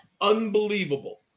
Unbelievable